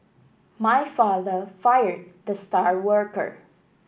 my father fired the star worker